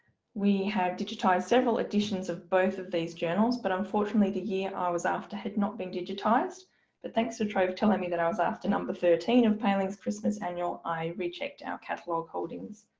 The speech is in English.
we have digitized several editions of both of these journals but unfortunately the year i ah was after had not been digitized but thanks to trove for telling me that i was after number thirteen of palings christmas annual, i rechecked our catalogue holdings.